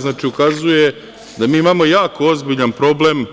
Znači, ukazuje da mi imamo jako ozbiljan problem